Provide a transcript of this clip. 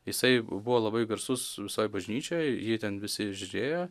jisai buvo labai garsus visoj bažnyčioj jį ten visi žiūrėjo